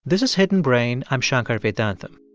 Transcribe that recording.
this is hidden brain. i'm shankar vedantam.